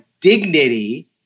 dignity